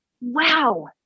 wow